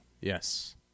Yes